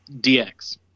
DX